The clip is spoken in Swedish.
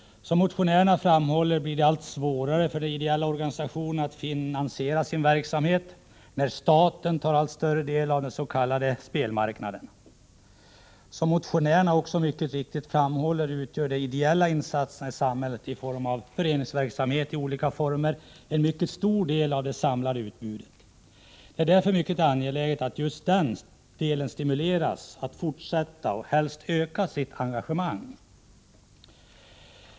Som motionärerna framhåller, blir det allt svårare för de ideella organisationerna att finansiera sin verksamhet, när staten tar allt större del av den s.k. spelmarknaden. Som motionärerna också mycket riktigt framhåller, utgör de ideella insatserna i samhället i olika former av föreningsverksamhet en mycket stor del av det samlade utbudet. Det är därför mycket angeläget att just den delen stimuleras att fortsätta och helst öka sitt engagemang.